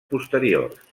posteriors